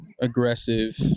aggressive